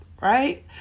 Right